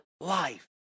life